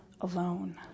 alone